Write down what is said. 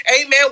Amen